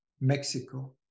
Mexico